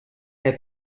herr